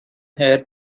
heir